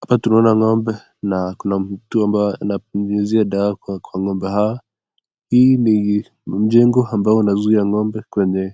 Hapa tunaona ng'ombe, na kuna mtu ambaye ananyunyuzia dawa kwa ng'ombe hawa, hii ni jengo ambayo unazuia ng'ombe kwenye